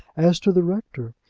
as to the rector,